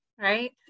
right